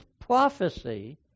prophecy